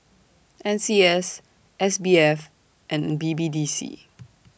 N C S S B F and B B D C